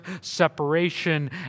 separation